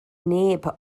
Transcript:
neb